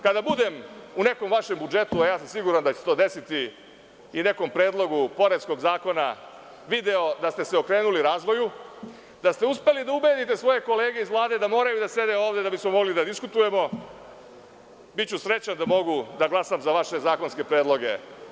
Kada budem u nekom vašem budžetu, a ja sam siguran da će se to desiti i nekom predlogu poreskog zakona, video da ste se okrenuli razvoju, da ste uspeli da ubedite svoje kolege iz Vlade da moraju da sede ovde da bismo mogli da diskutujemo, biću srećan da mogu da glasam za vaše zakonske predloge.